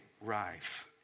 rise